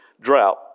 drought